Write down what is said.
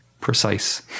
precise